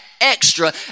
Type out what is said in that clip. extra